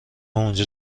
اونجا